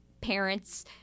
parents